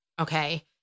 okay